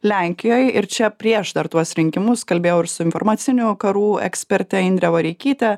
lenkijoj ir čia prieš dar tuos rinkimus kalbėjau ir su informacinių karų eksperte indre vareikyte